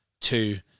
Two